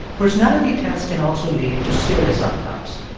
personality tests can also lead to serious outcomes.